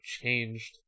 changed